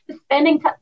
spending